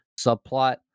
subplot